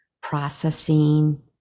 processing